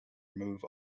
remove